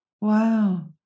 Wow